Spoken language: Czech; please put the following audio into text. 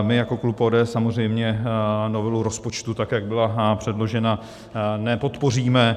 My jako klub ODS samozřejmě novelu rozpočtu, tak jak byla předložena, nepodpoříme.